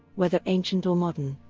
whether ancient or modern.